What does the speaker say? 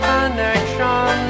Connection